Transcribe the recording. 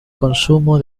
consumo